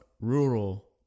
rural